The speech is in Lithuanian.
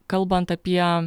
kalbant apie